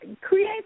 create